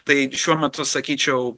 tai šiuo metu sakyčiau